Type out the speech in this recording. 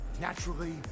naturally